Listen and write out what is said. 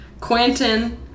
Quentin